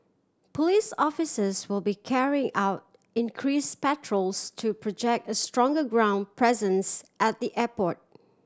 police officers will be carrying out increase patrols to project a stronger ground presence at the airport